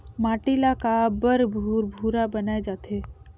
माटी ला काबर भुरभुरा बनाय जाथे?